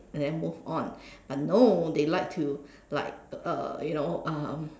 and then move on but no they like to like uh you know um